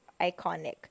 iconic